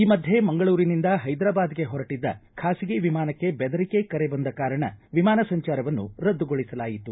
ಈ ಮಧ್ಯೆ ಮಂಗಳೂರಿನಿಂದ ಹೈದರಾಬಾದ್ಗೆ ಹೊರಟಿದ್ದ ಖಾಸಗಿ ವಿಮಾನಕ್ಕೆ ಬೆದರಿಕೆ ಕರೆ ಬಂದ ಕಾರಣ ವಿಮಾನ ಸಂಚಾರವನ್ನು ರದ್ದುಗೊಳಿಸಲಾಯಿತು